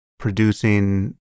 Producing